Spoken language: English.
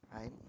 Right